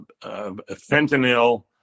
fentanyl